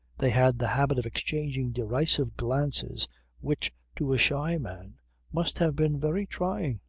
they had the habit of exchanging derisive glances which to a shy man must have been very trying.